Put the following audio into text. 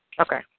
Okay